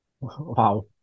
Wow